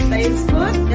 Facebook